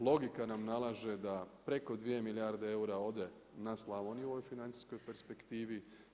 Logika nam nalaže da preko 2 milijarde eura ode na Slavoniju, u ovoj financijskom perspektivi.